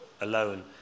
alone